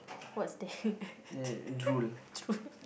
what's that